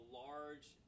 large